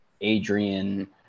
Adrian